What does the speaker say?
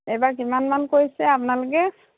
এইবাৰ কিমানমান কৰিছে আপোনালোকে